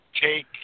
take